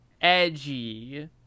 edgy